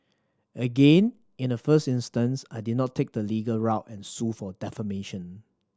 again in the first instance I did not take the legal route and sue for defamation